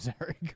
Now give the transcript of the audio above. Eric